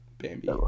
Bambi